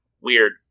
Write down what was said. Weird